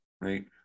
right